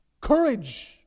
courage